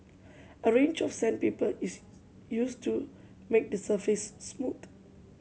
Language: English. a range of sandpaper is used to make the surface smooth